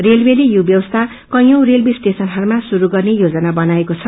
रेलवेले यो व्यवस्था कैयौं रेलवे स्टेशनहयमा शुरू गरिने योजना बनाकऐछ